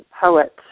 poet